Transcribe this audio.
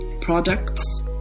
products